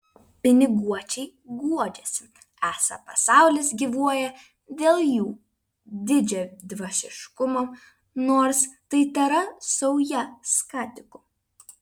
piniguočiai guodžiasi esą pasaulis gyvuoja dėl jų didžiadvasiškumo nors tai tėra sauja skatikų